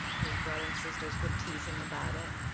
his brother and sisters would tease him about it.